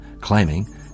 claiming